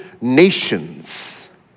nations